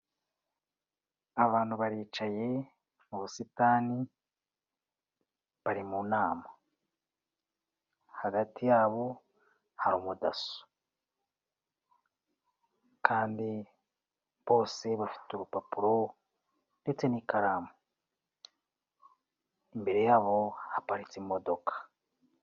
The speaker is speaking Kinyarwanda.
Abantu baricaye mu busitani bari mu nama. Hagati yabo hari umudaso kandi bose bafite urupapuro ndetse n'ikaramu, imbere yabo haparitse imodoka.